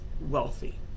wealthy